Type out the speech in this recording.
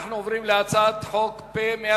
אנחנו עוברים להצעת חוק פ/181,